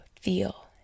feel